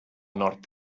nord